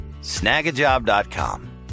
Snagajob.com